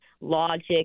logic